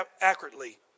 accurately